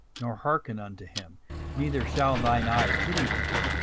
nor hearken unto him neither shall thine eye pity him,